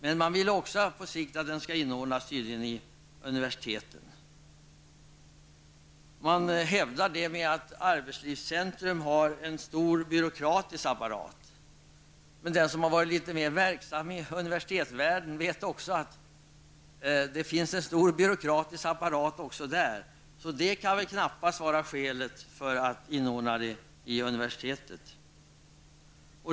Men man vill tydligen också att den på sikt skall inordnas under universitetet. Det motiverar man med att arbetslivscentrum har en stor byråkratisk apparat. Men den som har varit litet mer verksam i universitetsvärlden vet att det finns en stor byråkratisk apparat också där -- så det kan väl knappast vara skälet för att inordna verksamheten under universitetet.